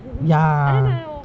ya